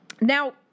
Now